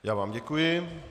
Já vám děkuji.